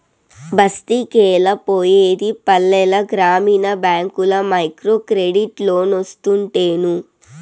బస్తికెలా పోయేది పల్లెల గ్రామీణ బ్యాంకుల్ల మైక్రోక్రెడిట్ లోన్లోస్తుంటేను